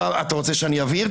אתה רוצה שאני אבהיר?